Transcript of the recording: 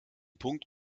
punkt